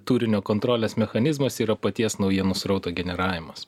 turinio kontrolės mechanizmas yra paties naujienų srauto generavimas